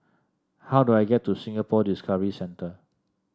how do I get to Singapore Discovery Centre